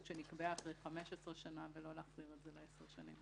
שנקבעה אחרי 15 שנה ולא להחזיר את זה ל-10 שנים.